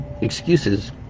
excuses